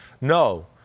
no